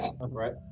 right